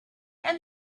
and